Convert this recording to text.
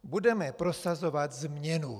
Budeme prosazovat změnu.